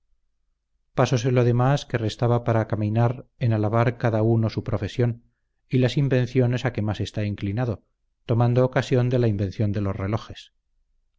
pasóse lo demás que restaba para caminar en alabar cada uno su profesión y las invenciones a que más está inclinado tomando ocasión de la invención de los relojes